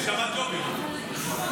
הוא שמע ג'ובים --- טוב.